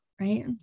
Right